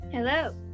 Hello